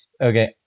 Okay